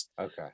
Okay